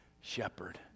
shepherd